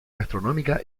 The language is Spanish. gastronómica